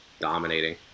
dominating